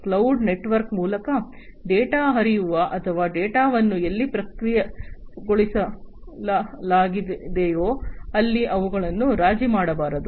ಕ್ಲೌಡ್ನಲ್ಲಿ network ಮೂಲಕ data ಹರಿಯುವ ಅಥವಾ ಡೇಟಾವನ್ನು ಎಲ್ಲಿ ಪ್ರಕ್ರಿಯೆಗೊಳಿಸಲಾಗಿದೆಯೋ ಅಲ್ಲಿ ಅವುಗಳನ್ನು ರಾಜಿ ಮಾಡಬಾರದು